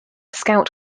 scout